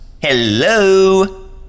Hello